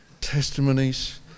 testimonies